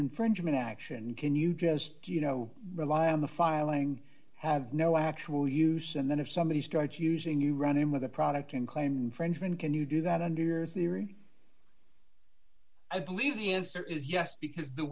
infringement action can you just do you know rely on the filing have no actual use and then if somebody starts using you run in with a product can claim infringement can you do that under yours neary i believe the answer is yes because the